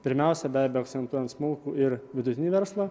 pirmiausia be abejo akcentuojant smulkų ir vidutinį verslą